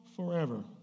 Forever